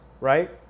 right